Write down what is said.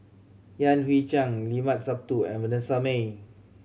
Yan Hui Chang Limat Sabtu and Vanessa Mae